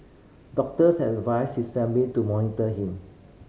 doctors have advised his family to monitor him